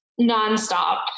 nonstop